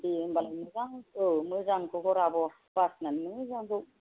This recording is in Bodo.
दे होनबालाय मोजां औ मोजांखौ हर आब' बासिनानै मोजांखौ